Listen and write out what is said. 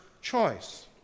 choice